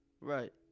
Right